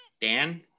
Dan